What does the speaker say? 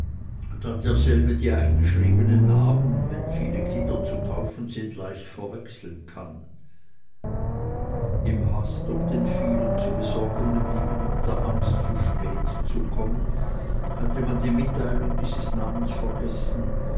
derselbe die eingeschriebenen namen wenn viele kinder zu taufen sind leicht verwechseln kann im hast ob den vielen zu besorgenden dingen und der angst zu spät zu kommen hatte man die mitteilung dieses namens vergessen